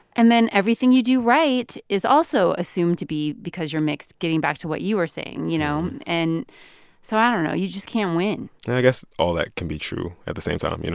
and then everything you do right is also assumed to be because you're mixed, getting back to what you were saying, you know. and so i don't know. you just can't win and i guess all that can be true at the same time, um you know